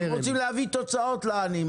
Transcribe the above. אנחנו רוצים להביא תוצאות של עניים.